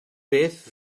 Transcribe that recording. beth